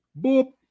Boop